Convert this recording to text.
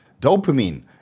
dopamine